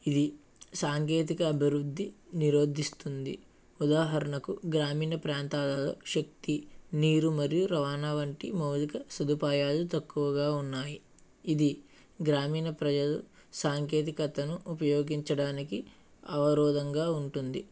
ఇది సాంకేతికత అభివృద్ధి నిరోధిస్తుంది ఉదాహరణకు గ్రామీణ ప్రాంతాలలో శక్తి నీరు మరియు రవాణా వంటి మౌలిక సదుపాయాలు తక్కువగా ఉన్నాయి ఇది గ్రామీణ ప్రజలు సాంకేతికతను ఉపయోగించడానికి అవరోధంగా ఉంటుంది